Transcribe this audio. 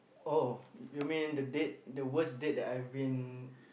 oh you mean the date the worst date that I've been